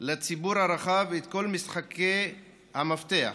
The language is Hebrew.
לציבור הרחב את כל משחקי המפתח,